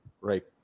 right